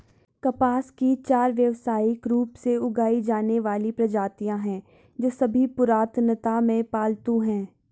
कपास की चार व्यावसायिक रूप से उगाई जाने वाली प्रजातियां हैं, जो सभी पुरातनता में पालतू हैं